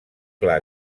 clar